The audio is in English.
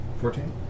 Fourteen